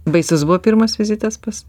baisus buvo pirmas vizitas pas